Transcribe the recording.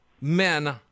men